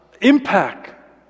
impact